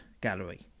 gallery